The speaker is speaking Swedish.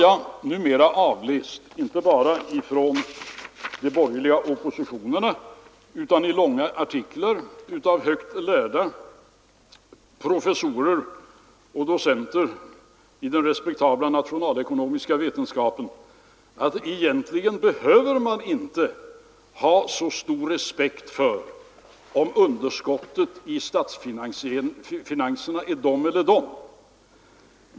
Jag har numera läst inte bara i uttalanden från den borgerliga oppositionen utan också i långa artiklar av högt lärda professorer och docenter inom den respektabla nationalekonomiska vetenskapen att egentligen behöver man inte ha så stor respekt för om underskottet i statsfinanserna är si eller så stort.